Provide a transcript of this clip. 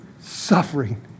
Suffering